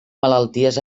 malalties